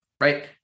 right